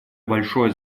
большое